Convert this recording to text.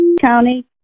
County